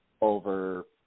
over